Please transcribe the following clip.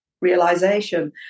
realization